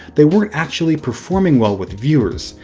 they weren't actually performing well with viewers.